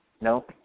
No